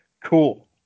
Cool